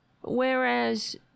Whereas